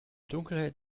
dunkelheit